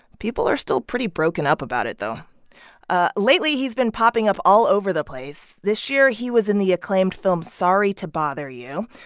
people are still pretty broken up about it, though ah lately, he's been popping up all over the place. this year, he was in the acclaimed film sorry to bother you.